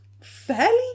fairly